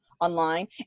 online